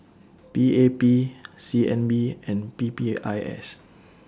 P A P C N B and P P I S